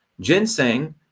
Ginseng